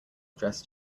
dressed